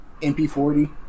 MP40